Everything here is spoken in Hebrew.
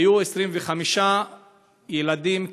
היו 25 ילדים קטנים,